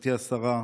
גברתי השרה,